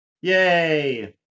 Yay